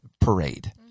parade